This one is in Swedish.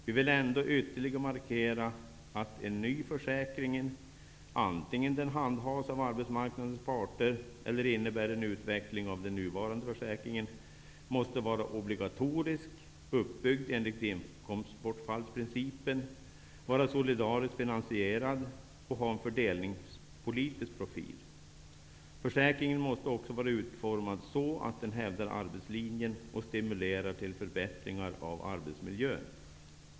Vi vill ändå ytterligare markera att en ny försäkring, antingen den handhas av arbetsmarknadens parter eller innebär en utveckling av den nuvarande försäkringen, måste vara obligatorisk, uppbyggd enligt inkomstbortfallsprincipen och solidariskt finansierad samt ha en fördelningspolitisk profil. Försäkringen måste också vara utformad så att den hävdar arbetslinjen och stimulerar till förbättringar av arbetsmiljön.